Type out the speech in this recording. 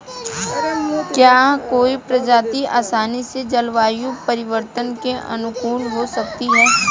क्या कोई प्रजाति आसानी से जलवायु परिवर्तन के अनुकूल हो सकती है?